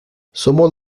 somos